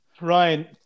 Ryan